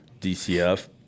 DCF